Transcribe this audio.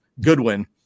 Goodwin